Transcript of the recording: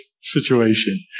situation